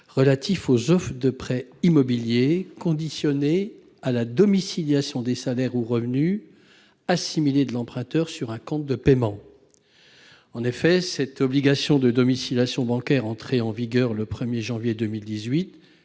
relative aux offres de prêt immobilier conditionnées à la domiciliation des salaires ou revenus assimilés de l'emprunteur sur un compte de paiement. En effet, cette obligation de domiciliation bancaire entrée en vigueur le 1 janvier 2018